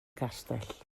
castell